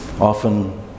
often